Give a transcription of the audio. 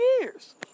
years